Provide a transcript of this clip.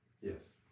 yes